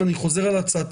אני מתנצל על העיכוב בתחילת